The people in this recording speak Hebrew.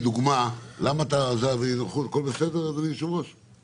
כל התוספות שעושים כרגע לתחבורה ציבורית הן